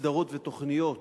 סדרות ותוכניות